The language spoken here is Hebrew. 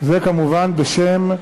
זה כמובן בשם,